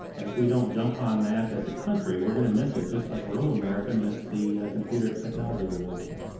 and if we don't jump on that as a country we're going to miss it just like rural america missed the computer technology revolution.